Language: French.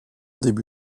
début